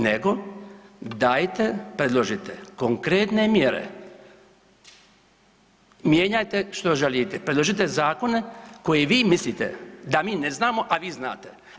Nego dajte predložite konkretne mjere, mijenjajte što želite, predložite zakone koje vi mislite da mi ne znamo, a vi znate.